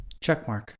Checkmark